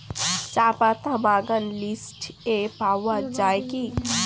চাপাতা বাগান লিস্টে পাওয়া যায় কি?